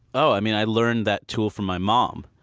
oh, i mean i learned that tool from my mom.